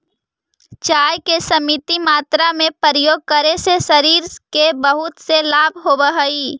चाय के सीमित मात्रा में प्रयोग करे से शरीर के बहुत से लाभ होवऽ हइ